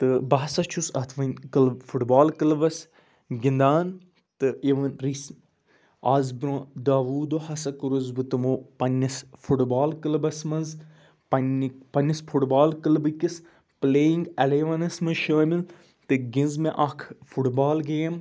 تہٕ بہٕ ہسَا چھُس اَتھ وۄنۍ کٕل فُٹ بال کٕلبَس گِنٛدان تہٕ اِوٕن رِ آز برونٛہہ دَہ وُہ دۄہ ہَسا کوٚرُس بہٕ تمو پَنٛنِس فُٹ بال کٕلبَس منٛز پَنٛنِس فُٹ بال کٕلبہٕ کِس پٕلے یِنٛگ اَلیوَنَس منٛز شٲمِل تہٕ گِنٛز مےٚ اَکھ فُٹ بال گیم